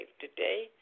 today